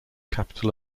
capital